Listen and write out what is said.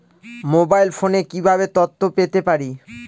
Mobile ফোনে কিভাবে তথ্য পেতে পারি?